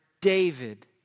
David